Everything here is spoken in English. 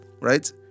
right